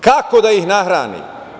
Kako da ih nahrani?